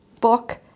book